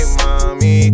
mommy